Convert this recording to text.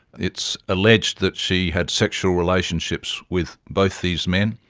it's alleged that she had sexual relationships with both these men.